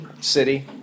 City